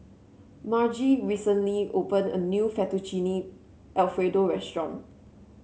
Margie recently opened a new Fettuccine Alfredo Restaurant